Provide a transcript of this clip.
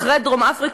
אחרי דרום-אפריקה,